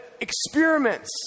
experiments